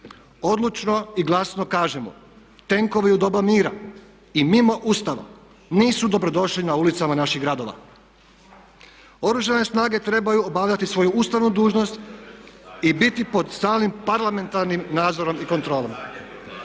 Odlučno i glasno kažemo tenkovi u doba mira i mimo Ustava nisu dobrodošli na ulicama naših gradova. Oružane snage trebaju obavljati svoju ustavnu dužnost i biti pod stalnim parlamentarnim nadzorom i kontrolom.